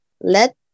Let